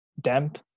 damp